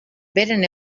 beren